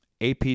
AP